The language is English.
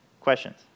Questions